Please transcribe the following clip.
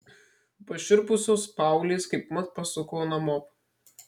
pašiurpusios paauglės kaipmat pasuko namop